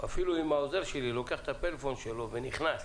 אפילו אם העוזר שלי לוקח את הפלאפון שלו ונכנס